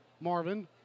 Marvin